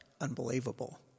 unbelievable